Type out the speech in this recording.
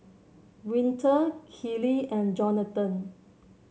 Winter Kellee and Jonathon